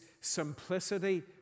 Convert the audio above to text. simplicity